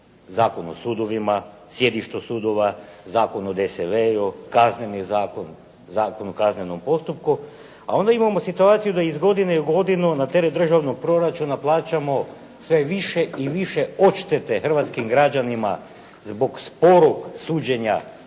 Zakon o sudovima, sjedištu sudova, Zakon o DSL-u, Kazneni zakon, Zakon o kaznenom postupku, a onda imamo situaciju da iz godine u godinu na teret državnog proračuna plaćamo sve više i više odštete hrvatskim građanima zbog sporog suđenja